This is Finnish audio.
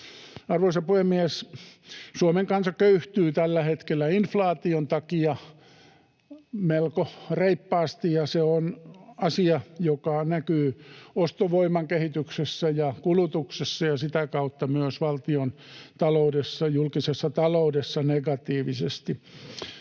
Arvoisa puhemies! Suomen kansa köyhtyy tällä hetkellä inflaation takia melko reippaasti, ja se on asia, joka näkyy ostovoiman kehityksessä ja kulutuksessa ja sitä kautta myös valtiontaloudessa, julkisessa taloudessa, negatiivisesti.